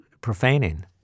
profaning